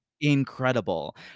incredible